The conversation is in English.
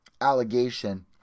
allegation